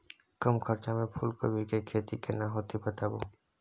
कम खर्चा में फूलकोबी के खेती केना होते बताबू?